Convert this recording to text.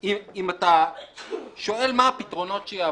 אם אתה שואל מה הפתרונות שיעבדו,